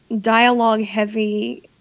dialogue-heavy